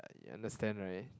you understand right